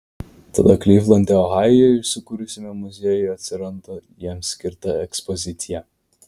tada klivlande ohajuje įsikūrusiame muziejuje atsiranda jiems skirta ekspozicija